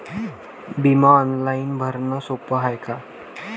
बिमा ऑनलाईन भरनं सोप हाय का?